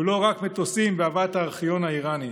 לא רק מטוסים והבאת הארכיון האיראני,